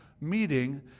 meeting